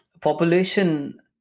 population